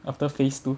after phase two